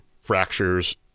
fractures